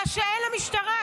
מה שאין למשטרה,